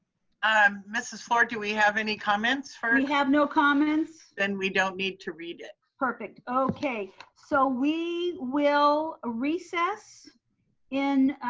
um mrs. fluor do we have any comments? we have no comments. then we don't need to read it. perfect. okay. so we will recess in,